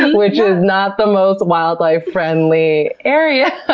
um which is not the most wildlife friendly area,